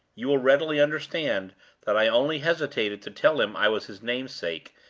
you will readily understand that i only hesitated to tell him i was his namesake,